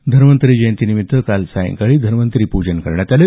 धन्वंतरी जयंती निमित्त काल सायंकाळी धन्वंतरी पूजन करण्यात आलं